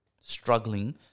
struggling